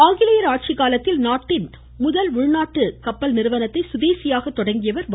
ஆங்கிலேயர் ஆட்சி காலத்தில் நாட்டின் முதல் உள்நாட்டு கப்பல் நிறுவனத்தை சுதேசியாக தொடங்கியவர் வ